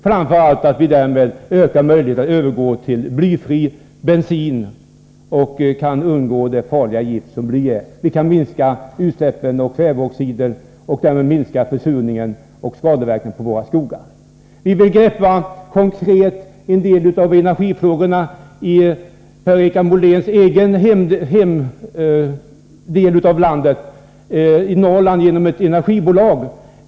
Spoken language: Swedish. Framför allt ökar vi därmed möjligheten att övergå till blyfri bensin, och vi kan då undgå det farliga gift som bly är. Vi kan minska utsläppen av kväveoxider och därmed minska försurningen och skadeverkningarna på våra skogar. Vi vill konkret greppa en del av energifrågorna i Per-Richard Moléns egen hemtrakt — Norrland — genom ett energibolag.